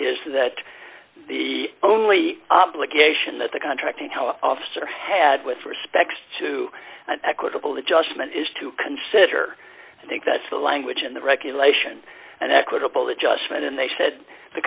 is that the only obligation that the contracting how an officer had with respect to an equitable adjustment is to consider i think that's the language in the regulation and equitable adjustment and they said the